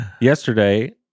yesterday